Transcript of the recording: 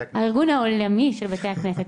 הארגון העולמי של בתי הכנסת.